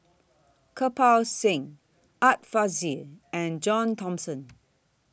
Kirpal Singh Art Fazil and John Thomson